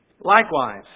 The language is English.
Likewise